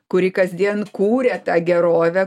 kuri kasdien kūrė tą gerovę